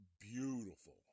beautiful